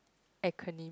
acronym